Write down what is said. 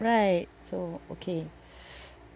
right so okay